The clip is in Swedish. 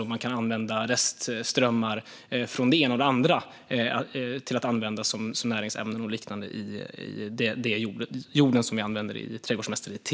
Det går att använda restströmmar från det ena och det andra som näringsämnen och liknande i den jord som används för trädgårdsmästeri.